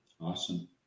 Awesome